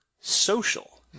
social